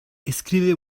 escribe